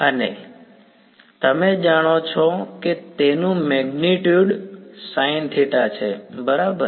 અને તમે જાણો છો કે તેનું મેગ્નિટ્યુડ છે બરાબર